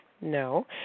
No